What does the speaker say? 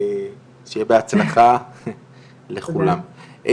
שיהיה בהצלחה לכולם.